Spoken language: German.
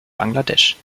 bangladesch